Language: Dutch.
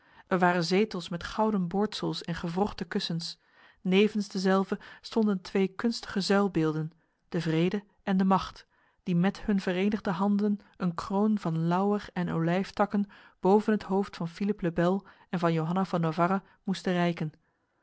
er waren zetels met gouden boordsels en gewrochte kussens nevens dezelve stonden twee kunstige zuilbeelden de vrede en de macht die met hun verenigde handen een kroon van lauwer en olijftakken boven het hoofd van philippe le bel en van johanna van navarra moesten reiken